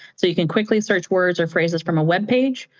so you can quickly search words or phrases from a web page,